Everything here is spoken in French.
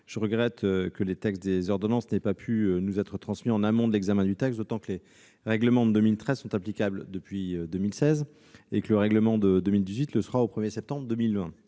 Je regrette que les textes des ordonnances n'aient pas pu nous être transmis en amont de l'examen du texte, d'autant que les règlements de 2013 sont applicables depuis 2016 et que le règlement de 2018 le sera au 1 septembre 2020.